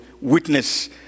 witness